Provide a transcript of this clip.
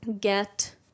get